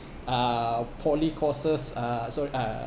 uh poly courses uh sorry uh